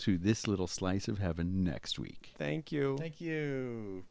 to this little slice of have a next week thank you thank you